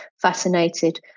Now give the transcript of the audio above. fascinated